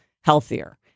healthier